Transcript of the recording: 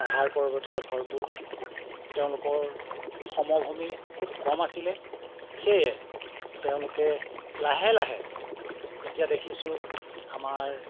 পাহাৰ পৰ্বতৰে ভৰপূৰ তেওঁলোকৰ সমভূমি খুব কম আছিলে সেয়ে তেওঁলোকে লাহে লাহে এতিয়া দেখিছোঁ আমাৰ